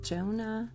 Jonah